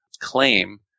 claim